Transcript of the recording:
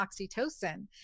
oxytocin